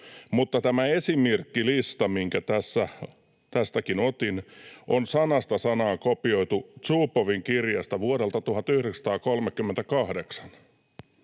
Mutta tämä esimerkkilista, minkä tässä tästäkin otin, on sanasta sanaan kopioitu Zubovin kirjasta vuodelta 1938.